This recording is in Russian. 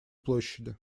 площади